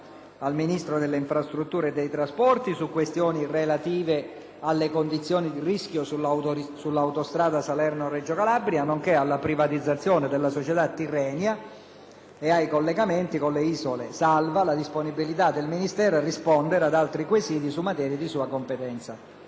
al Ministro delle infrastrutture e dei trasporti su questioni relative alle condizioni di rischio sull'autostrada Salerno - Reggio Calabria, nonché alla privatizzazione della società Tirrenia e ai collegamenti con le isole, salva la disponibilità del Ministro a rispondere ad altri quesiti su materie di sua competenza.